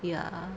ya